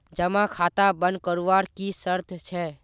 जमा खाता बन करवार की शर्त छे?